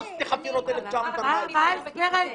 מה ההסבר ההגיוני?